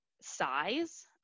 size